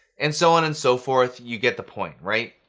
and so on and so forth. you get the point, right?